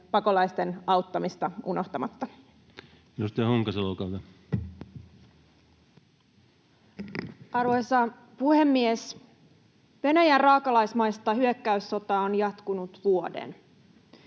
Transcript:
pakolaisten auttamista unohtamatta. Edustaja Honkasalo, olkaa hyvä. Arvoisa puhemies! Venäjän raakalaismaista hyökkäyssotaa on jatkunut vuoden.